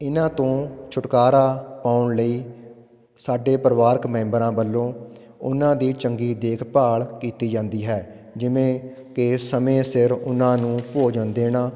ਇਹਨਾਂ ਤੋਂ ਛੁਟਕਾਰਾ ਪਾਉਣ ਲਈ ਸਾਡੇ ਪਰਿਵਾਰਕ ਮੈਂਬਰਾਂ ਵੱਲੋਂ ਉਹਨਾਂ ਦੀ ਚੰਗੀ ਦੇਖ ਭਾਲ ਕੀਤੀ ਜਾਂਦੀ ਹੈ ਜਿਵੇਂ ਕਿ ਸਮੇਂ ਸਿਰ ਉਨ੍ਹਾਂ ਨੂੰ ਭੋਜਨ ਦੇਣਾ